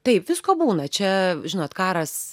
taip visko būna čia žinot karas